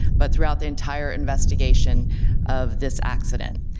but throughout the entire investigation of this accident.